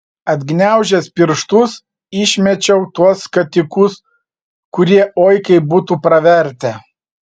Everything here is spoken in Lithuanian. atgniaužęs pirštus išmečiau tuos skatikus kurie oi kaip būtų pravertę